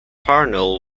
parnell